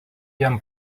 jam